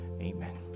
amen